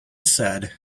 said